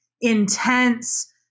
intense